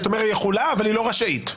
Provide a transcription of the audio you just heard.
יכולה אבל לא רשאית.